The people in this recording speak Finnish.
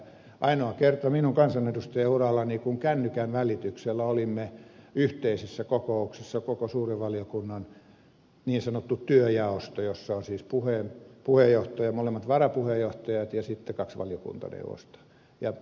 se oli ainoa kerta minun kansanedustajaurallani kun kännykän välityksellä olimme yhteisessä kokouksessa koko suuren valiokunnan niin sanottu työjaosto jossa on siis puheenjohtaja molemmat varapuheenjohtajat ja sitten kaksi valiokuntaneuvosta